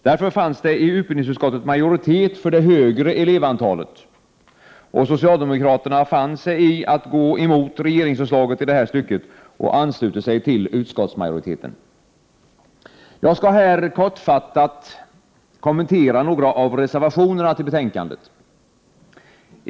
Det fanns därför i utbildningsutskottet en majoritet för det högre elevantalet, och socialdemokraterna fann sig i att gå emot regeringsförslaget i det här stycket och ansluter sig till utskottsmajoriteten. Jag skall här kortfattat kommentera några av reservationerna till betänkandet.